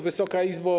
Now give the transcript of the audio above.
Wysoka Izbo!